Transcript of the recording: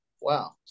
Wow